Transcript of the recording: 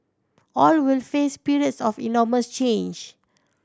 all will face periods of enormous change